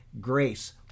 grace